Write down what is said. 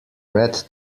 red